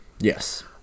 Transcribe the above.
yes